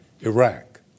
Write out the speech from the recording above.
Iraq